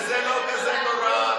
וזה לא כזה נורא,